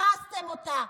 הרסתם אותה.